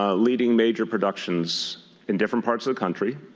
ah leading major productions in different parts of the country.